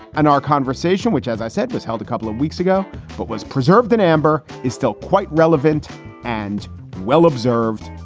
and our conversation, which, as i said, was held a couple of weeks ago but was preserved in amber, is still quite relevant and well-observed.